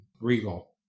regal